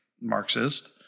Marxist